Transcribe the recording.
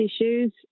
issues